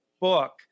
book